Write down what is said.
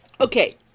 Okay